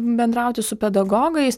bendrauti su pedagogais